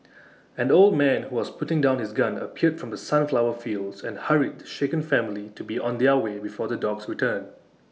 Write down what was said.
an old man who was putting down his gun appeared from the sunflower fields and hurried the shaken family to be on their way before the dogs return